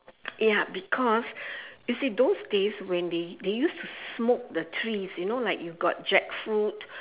ya because you see those days when they they used to smoke the trees you know like you got jackfruit